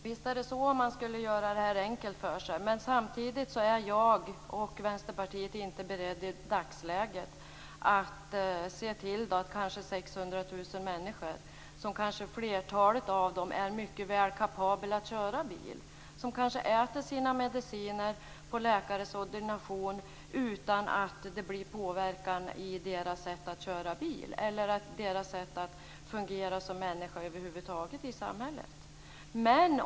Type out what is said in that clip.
Fru talman! Visst är det så om man gör det enkelt för sig. Samtidigt är jag och Vänsterpartiet i dagsläget inte beredda att se till att ca 600 000 människor, varav kanske flertalet mycket väl är kapabla att köra bil, inte längre får köra. De kanske äter sina mediciner på läkares ordination utan att det sker en påverkan på deras sätt att köra bil eller fungera som människor över huvud taget i samhället.